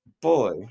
Boy